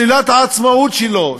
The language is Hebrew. שלילת העצמאות שלו,